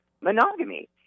monogamy